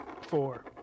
four